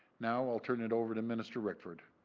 now, i will turn it over to mr redford.